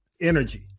energy